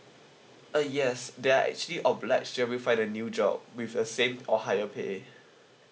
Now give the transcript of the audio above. uh yes they are actually opt like straight away find a new job with a same or higher pay